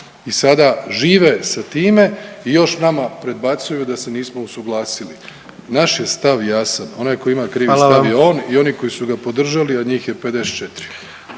I sada žive sa time i još nama predbacuju da se nismo usuglasili. Naš je stav jasan. Onaj tko ima krivi stav je on … …/Upadica predsjednik: